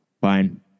Fine